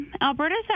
Alberta